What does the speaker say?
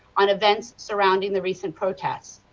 on events surrounding the recent protests.